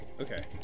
Okay